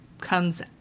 comes